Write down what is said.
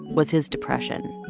was his depression.